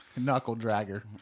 Knuckle-dragger